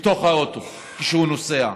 בתוך האוטו כשהוא נוסע?